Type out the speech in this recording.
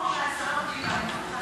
אני פה, והשרה מקשיבה לך, זחאלקה.